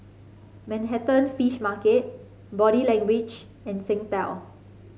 Manhattan Fish Market Body Language and Singtel